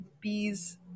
bees